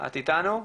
את איתנו?